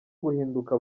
guhinduka